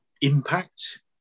impact